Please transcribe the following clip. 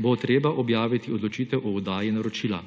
bo treba objaviti odločitev o oddaji naročila.